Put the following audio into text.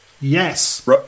Yes